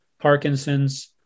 Parkinson's